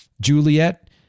Juliet